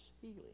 healing